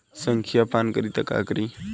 संखिया पान करी त का करी?